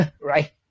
right